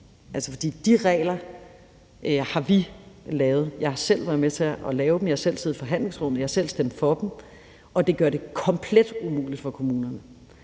indad, for de regler har vi lavet. Jeg har selv været med til at lave dem. Jeg har selv siddet i forhandlingsrum, og jeg har selv stemt for dem. De gør det komplet umuligt for kommunerne,